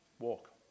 walk